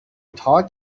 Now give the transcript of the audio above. thought